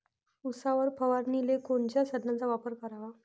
उसावर फवारनीले कोनच्या साधनाचा वापर कराव?